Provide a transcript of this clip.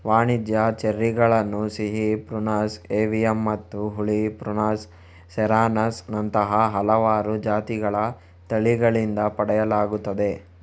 ವಾಣಿಜ್ಯ ಚೆರ್ರಿಗಳನ್ನು ಸಿಹಿ ಪ್ರುನಸ್ ಏವಿಯಮ್ಮತ್ತು ಹುಳಿ ಪ್ರುನಸ್ ಸೆರಾಸಸ್ ನಂತಹ ಹಲವಾರು ಜಾತಿಗಳ ತಳಿಗಳಿಂದ ಪಡೆಯಲಾಗುತ್ತದೆ